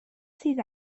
sydd